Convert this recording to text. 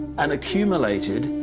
and accumulated,